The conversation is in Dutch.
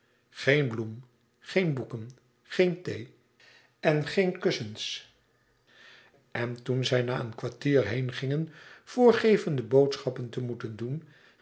geen bloem geen boeken geen thee en geen kussens en toen zij na een kwartier heengingen voorgevende boodschappen te moeten doen